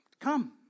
come